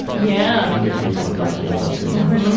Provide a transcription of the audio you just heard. yeah. you get people who like you a little too much.